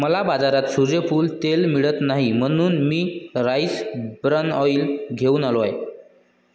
मला बाजारात सूर्यफूल तेल मिळत नाही म्हणून मी राईस ब्रॅन ऑइल घेऊन आलो आहे